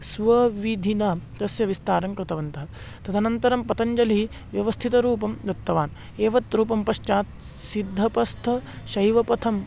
स्वविधिना तस्य विस्तारं कृतवन्तः तदनन्तरं पतञ्जलिः व्यवस्थितरूपं दत्तवान् एव रूपं पश्चात् सिद्धपथं शैवपथम्